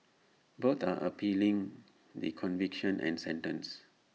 both are appealing the conviction and sentence